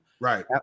Right